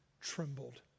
trembled